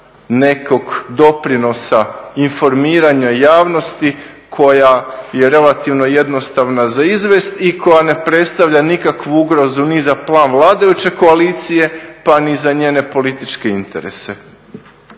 blaga inačica informiranja javnosti koja je relativno jednostavna za izvesti i koja ne predstavlja nikakvu ugrozu ni za plan vladajuće koalicije pa ni za njene političke interese.